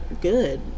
good